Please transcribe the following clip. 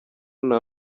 nta